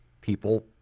people